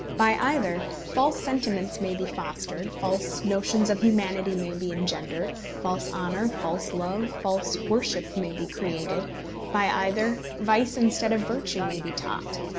by either, false sentiments may be fostered false notions of humanity may be engendered false honour, false love, false worship may be created by either, vice instead of virtue may be taught.